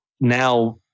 now